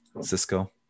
Cisco